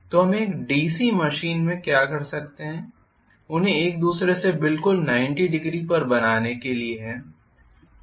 तो हम एक डीसी मशीन में क्या कर सकते हैं उन्हें एक दूसरे से बिल्कुल 900 पर बनाने के लिए है